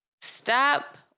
Stop